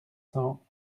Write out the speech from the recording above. cents